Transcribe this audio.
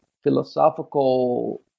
philosophical